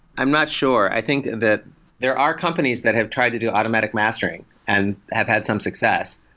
i'm not sure. i think that there are companies that have tried to do automatic mastering and have had some success.